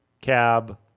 cab